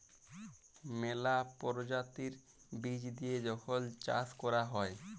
ম্যালা পরজাতির বীজ দিঁয়ে যখল চাষ ক্যরা হ্যয়